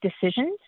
decisions